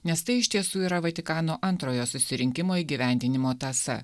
nes tai iš tiesų yra vatikano antrojo susirinkimo įgyvendinimo tąsa